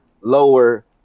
lower –